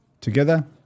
together